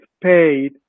paid